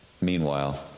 Meanwhile